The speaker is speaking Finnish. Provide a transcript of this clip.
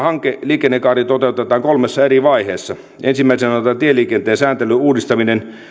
liikennekaari toteutetaan kolmessa eri vaiheessa ensimmäisenä otetaan tieliikenteen sääntelyn uudistaminen